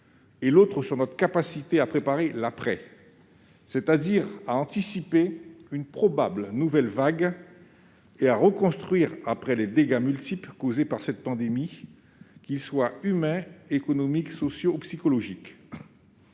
; l'autre sur notre capacité à préparer « l'après », c'est-à-dire à anticiper une probable nouvelle vague et à reconstruire à la suite des dégâts multiples causés par cette pandémie, qu'ils soient humains, économiques, sociaux ou psychologiques.